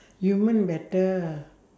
human better